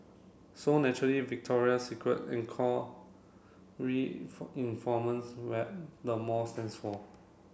so naturally Victoria's Secret where the mall stands for